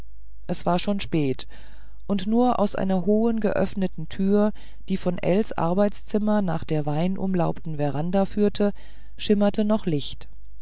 es war schon spät und nur aus der hohen geöffneten tür die von ells arbeitszimmer nach der weinumlaubten veranda führte schimmerte noch licht